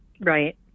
Right